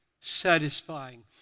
satisfying